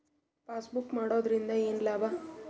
Passbook ಮಾಡುದರಿಂದ ಏನು ಲಾಭ?